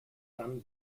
dann